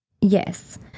Yes